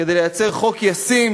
כדי לייצר חוק ישים,